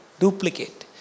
duplicate